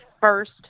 first